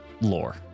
lore